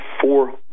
four